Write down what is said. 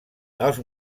els